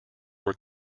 were